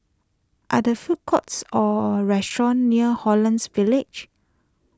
are there food courts or restaurants near Holland Village